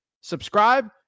Subscribe